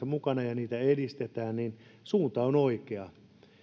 mukana ja joka niitä edistää suunta on oikea